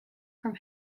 from